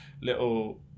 little